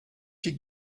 she